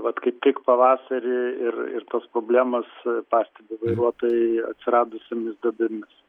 vat kaip tik pavasarį ir ir tos problemos pastebi vairuotojai atsiradusiomis duobėmis